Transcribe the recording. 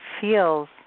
feels